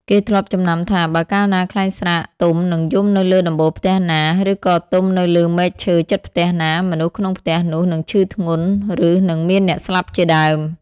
គេធ្លាប់ចំណាំថា បើកាលណាខ្លែងស្រាកទំនិងយំនៅលើដំបូលផ្ទះណា ឬក៏ទំនៅលើមែកឈើជិតផ្ទះណា មនុស្សក្នុងផ្ទះនោះនឹងឈឺធ្ងន់ ឬនឹងមានអ្នកស្លាប់ជាដើម។